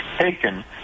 taken